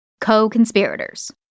co-conspirators